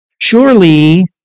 Surely